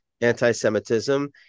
anti-Semitism